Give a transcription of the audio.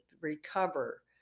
recover